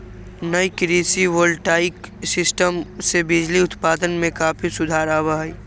नई कृषि voltaic system से बिजली उत्पादन में काफी सुधार आवा हई